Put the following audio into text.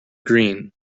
green